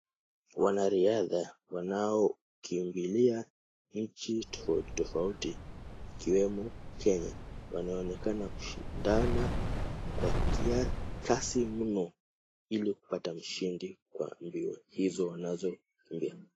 Wanariadha wanaokimbilia nchi tofauti tofauti ikiwemo Kenya, wanaonekana kushindana kwa kasi mno ili kupata mshindi kwa mbio hizo wanazo kimbia.